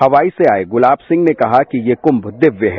हवाई से आये गुलाब सिंह ने कहा कि ये कुम्म दिव्य है